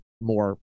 more